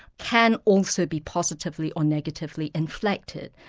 can also be positively or negatively inflected.